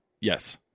Yes